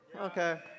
Okay